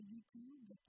YouTube